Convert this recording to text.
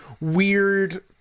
weird